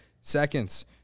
seconds